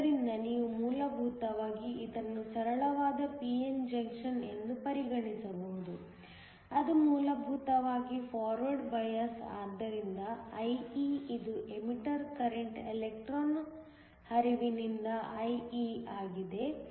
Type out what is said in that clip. ಆದ್ದರಿಂದ ನೀವು ಮೂಲಭೂತವಾಗಿ ಇದನ್ನು ಸರಳವಾದ p n ಜಂಕ್ಷನ್ ಎಂದು ಪರಿಗಣಿಸಬಹುದು ಅದು ಮೂಲಭೂತವಾಗಿ ಫಾರ್ವರ್ಡ್ ಬಯಾಸ್ ಆದ್ದರಿಂದ IE ಇದು ಎಮಿಟರ್ ಕರೆಂಟ್ ಎಲೆಕ್ಟ್ರಾನ್ ಹರಿವಿನಿಂದ IE ಆಗಿದೆ